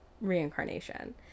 reincarnation